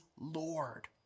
Lord